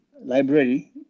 library